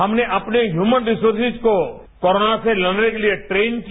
हमने अपने human resources को कोरोना से लड़ने के लिए ट्रेन किया